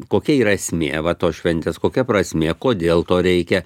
kokia yra esmė va tos šventės kokia prasmė kodėl to reikia